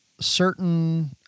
certain